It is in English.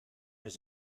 his